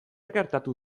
gertatu